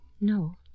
No